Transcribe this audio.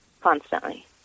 constantly